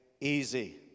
easy